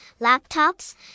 laptops